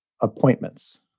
appointments